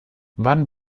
wann